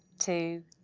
two,